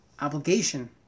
obligation